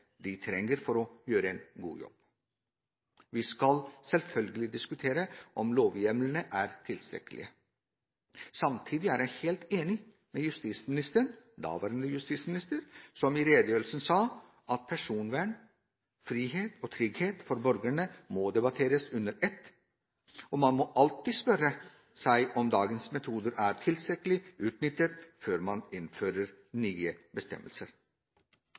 de trenger for å gjøre en god jobb. Vi skal selvfølgelig diskutere om lovhjemlene er tilstrekkelige. Samtidig er jeg helt enig med daværende justisminister, som i redegjørelsen sa at personvern, frihet og trygghet for borgerne må debatteres under ett, og man må alltid spørre seg om dagens metoder er utnyttet tilstrekkelig før man innfører nye bestemmelser.